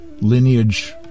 Lineage